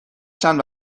چند